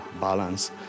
balance